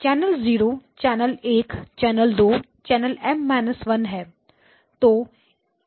channel zero channel एक channel दो channel M 1 है